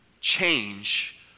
change